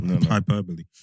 hyperbole